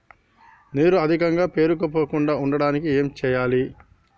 నీరు అధికంగా పేరుకుపోకుండా ఉండటానికి ఏం చేయాలి?